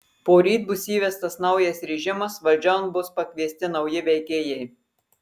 poryt bus įvestas naujas režimas valdžion bus pakviesti nauji veikėjai